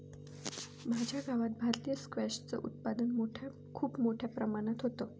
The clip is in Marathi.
माझ्या गावात भारतीय स्क्वॅश च उत्पादन खूप मोठ्या प्रमाणात होतं